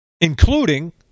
including